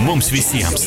mums visiems